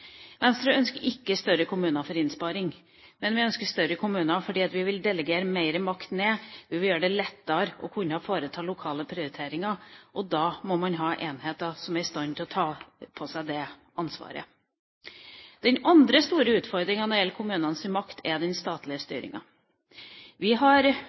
Venstre ønsker ikke større kommuner for innsparing, men vi ønsker større kommuner fordi vi vil delegere mer makt ned. Vi vil gjøre det lettere å kunne foreta lokale prioriteringer, og da må man ha enheter som er i stand til å ta på seg det ansvaret. Den andre store utfordringen når det gjelder kommunenes makt, er den statlige styringen. Vi har